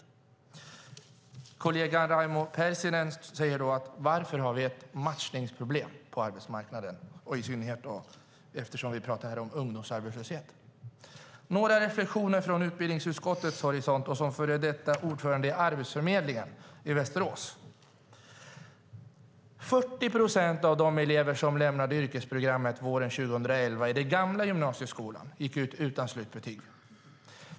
Hennes kollega Raimo Pärssinen frågar varför vi har ett matchningsproblem på arbetsmarknaden, i synnerhet när det gäller ungdomar. Låt mig komma med några reflexioner från utbildningsutskottets horisont och som före detta ordförande i Arbetsförmedlingen i Västerås. 40 procent av de elever som våren 2011 lämnade yrkesprogrammet i den gamla gymnasieskolan gick ut utan slutbetyg.